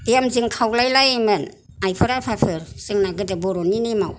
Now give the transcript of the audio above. बे आंजों खावलायलायोमोन आइफोर आफाफोर जोंना गोदो बर'नि नेमाव